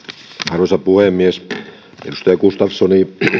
arvoisa puhemies edustaja gustafsson